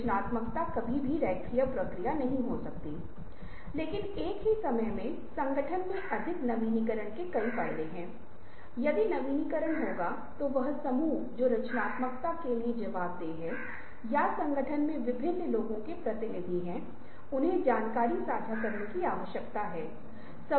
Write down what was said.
नकारात्मक सोच के ऐसे कारण हो सकते हैं लेकिन कभी कभी नकारात्मक सोच एक रवैया बन सकती है और जब यह एक रवैया बन जाती है आपके सामने जो समस्या है वह यह है कि आप चीजों के अंधेरे पक्ष को देखना शुरू कर देते हैं और आप उन कारणों को खोजने की कोशिश करने लगते हैं की क्यूँ कुछ नहीं कीय जाना चाहिए